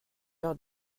heure